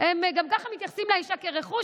גם ככה הם מתייחסים לאישה כאל רכוש,